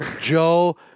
Joe